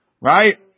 Right